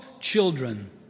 children